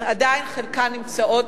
כי עדיין, למרבה הצער, חלקן נמצאות